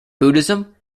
buddhism